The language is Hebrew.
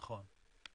נכון,